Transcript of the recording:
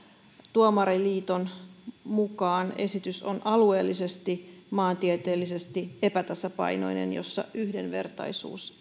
tuomariliiton mukaan esitys on alueellisesti maantieteellisesti epätasapainoinen eikä siinä yhdenvertaisuus